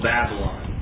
Babylon